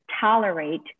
tolerate